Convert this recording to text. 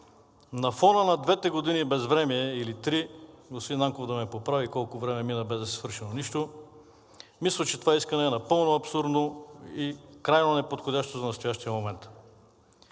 На фона на двете години безвремие или три, господин Нанков да ме поправи колко време мина, без да се свърши нещо, мисля, че това искане е напълно абсурдно и крайно неподходящо за настоящия момент.